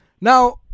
Now